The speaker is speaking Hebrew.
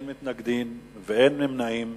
אין מתנגדים ואין נמנעים.